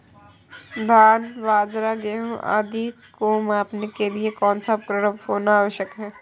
धान बाजरा गेहूँ आदि को मापने के लिए कौन सा उपकरण होना आवश्यक है?